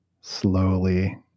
slowly